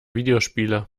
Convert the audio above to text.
videospiele